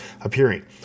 appearing